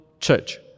church